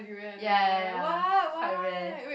ya ya ya quite rare